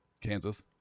Kansas